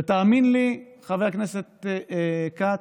ותאמין לי, חבר הכנסת כץ,